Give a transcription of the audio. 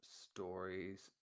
stories